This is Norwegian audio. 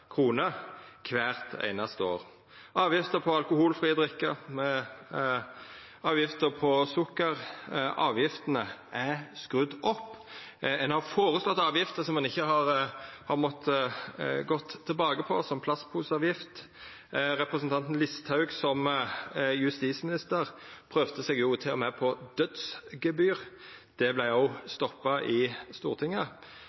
kroner kvart einaste år – avgifter på alkoholfri drikke, avgifter på sukker. Avgiftene er skrudde opp. Ein har føreslått avgifter som ein har måtta gå tilbake på, som plastposeavgift. Representanten Listhaug prøvde seg som justisminister til og med på dødsgebyr. Det